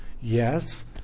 Yes